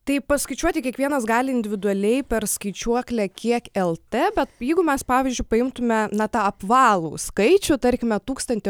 tai paskaičiuoti kiekvienas gali individualiai per skaičiuoklę kiek el tė bet jeigu mes pavyzdžiui paimtume na tą apvalų skaičių tarkime tūkstantį